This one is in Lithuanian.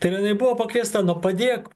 tai yra jinai buvo pakviesta nuo padėk